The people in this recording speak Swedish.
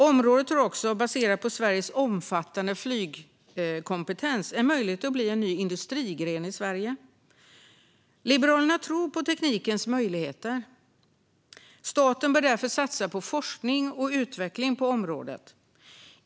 Området har också, baserat på Sveriges omfattande flygkompetens, en möjlighet att bli en ny industrigren i Sverige. Liberalerna tror på teknikens möjligheter. Staten bör därför satsa på forskning och utveckling på området.